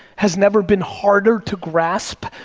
has never been harder to grasp,